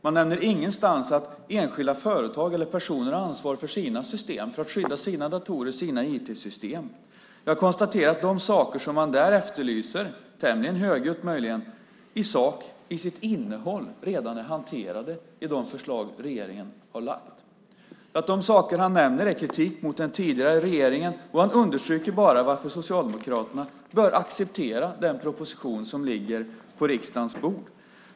Man nämner ingenstans att enskilda företag eller personer har ansvar för att skydda sina datorer och IT-system. Jag konstaterar också att de saker som man tämligen högljutt efterlyser till sitt innehåll redan är hanterade i de förslag som regeringen har lagt fram. De saker han nämner är kritik mot den tidigare regeringen. Han understryker bara varför Socialdemokraterna bör acceptera den proposition som ligger på riksdagens bord.